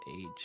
age